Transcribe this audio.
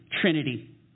trinity